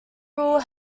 rule